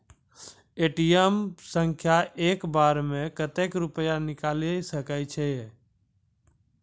ATM सऽ एक बार म कत्तेक रुपिया निकालि सकै छियै?